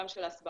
גם של הסברה,